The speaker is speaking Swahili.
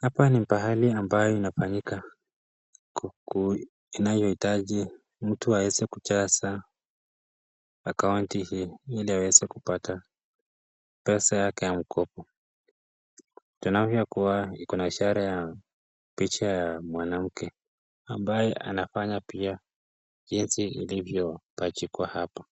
Hapa ni pahali ambayo inafanyika, inayoitaji mtu aweze kujaza account hii ili aweze kupata pesa yake ya mkopo. Tunavyokuwa iko na ishara ya picha ya mwanamke, ambaye anafanya pia, jinsi ilivyopachikwa hapa.